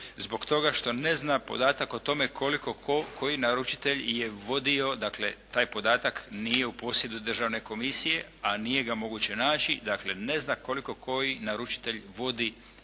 zbog toga što ne zna podatak o tome koliko koji naručitelj je vodio dakle taj podatak nije u posjedu državne komisije, a nije ga moguće naći, dakle ne zna koliko koji naručitelj vodi